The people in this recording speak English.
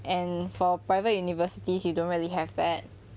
and for private universities you don't really have that